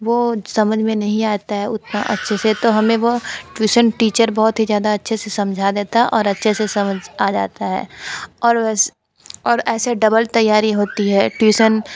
वह समझ में नहीं आता है उतना अच्छे से तो हमें वह ट्यूशन टीचर बहुत ही ज़्यादा अच्छे से समझा देता और अच्छे से समझ आ जाता है और वैस और ऐसे डबल तैयारी होती है ट्यूशन